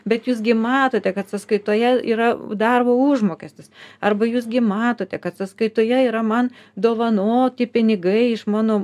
bet jūs gi matote kad sąskaitoje yra darbo užmokestis arba jūs gi matote kad sąskaitoje yra man dovanoti pinigai iš mano